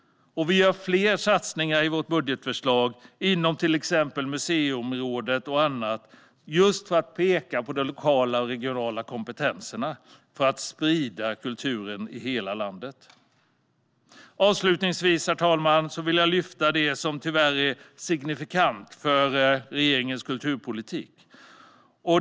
Vi gör fler satsningar i vårt budgetförslag inom till exempel museiområdet och annat just för att peka på de lokala och regionala kompetenserna i arbetet med att sprida kulturen i hela landet Avslutningsvis, herr talman, vill jag lyfta fram det som tyvärr är signifikant för regeringens kulturpolitik.